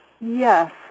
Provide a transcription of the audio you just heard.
Yes